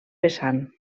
vessant